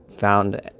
found